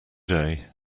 day